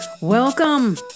Welcome